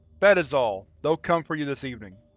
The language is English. that is all, they'll come for you this evening.